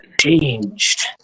changed